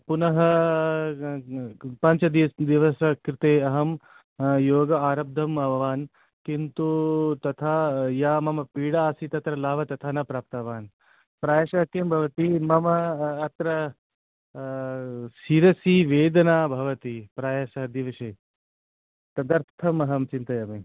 पुनः पञ्च दिवसकृते अहं योग आरब्धवान् किन्तु तथा या मम पीडा आसीत् लाभः तथा न प्राप्तवान् प्रायशः किं भवति मम अत्र शिरसि वेदना भवति प्रायशः दिवसे तदर्थमहं चिन्तयामि